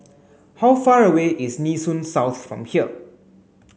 how far away is Nee Soon South from here